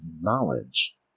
knowledge